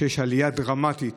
שיש עלייה דרמטית